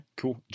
cool